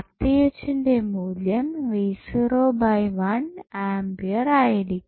ന്റെ മൂല്യം ആംപിയർ ആയിരിക്കും